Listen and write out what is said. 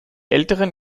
älteren